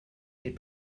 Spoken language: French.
n’est